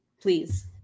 please